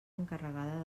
encarregada